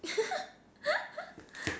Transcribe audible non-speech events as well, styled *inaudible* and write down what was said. *laughs*